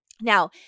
Now